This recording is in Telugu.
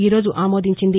ఈరోజు ఆమోదించింది